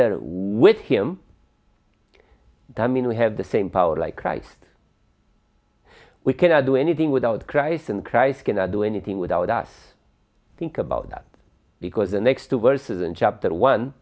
together with him i mean we have the same power like christ we cannot do anything without christ and christ cannot do anything without us think about that because the next two verses in chapter one